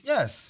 Yes